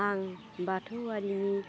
आं बाथौवारिनि